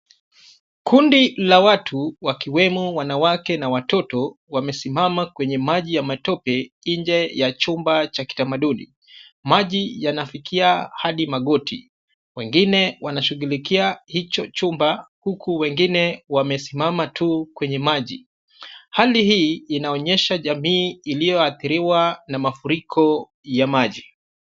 Kundi la watu wakiwemo wanawake na watoto wamesimama kwenye maji ya matope inje ya chumba cha kitamaduni, maji yanafikia hapi magoti, wengine wanashughulikia hicho chumba, huku wengine wamesimama tu kwenye maji, hali hii inaonyesha jamii iliyoathiriwa na mafuriko ya maji.